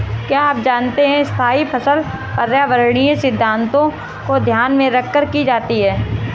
क्या आप जानते है स्थायी फसल पर्यावरणीय सिद्धान्तों को ध्यान में रखकर की जाती है?